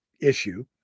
issue